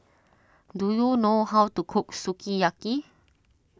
do you know how to cook Sukiyaki